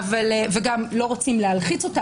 וגם לא רוצים להלחיץ אותה,